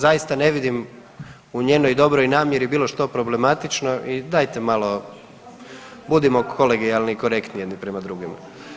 Zaista ne vidim u njenoj dobroj namjeri bilo što problematično i dajte malo budimo kolegijalni i korektni jedni prema drugima.